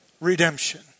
redemption